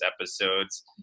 episodes